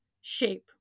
shape